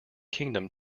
kingdom